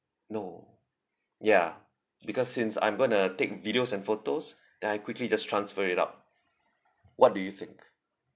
no ya because since I'm going to take videos and photos then I quickly just transfer it out what do you think